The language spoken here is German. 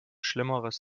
schlimmeres